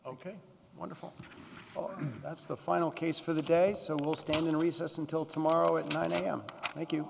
ok wonderful but that's the final case for the day so we'll stand in recess until tomorrow at nine am thank you